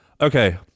Okay